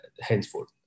henceforth